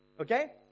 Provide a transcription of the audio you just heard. Okay